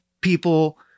people